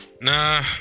Nah